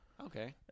Okay